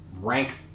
rank